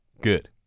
Good